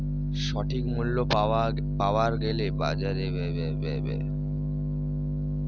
সঠিক মূল্য পাবার গেলে বাজারে বিক্রি করিবার সময় কি কি ব্যাপার এ ধ্যান রাখিবার লাগবে?